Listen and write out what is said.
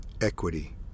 Equity